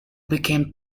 became